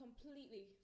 completely